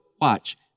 watch